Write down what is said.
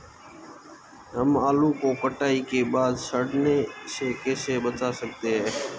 हम आलू को कटाई के बाद सड़ने से कैसे बचा सकते हैं?